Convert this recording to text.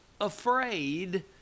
afraid